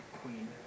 Queen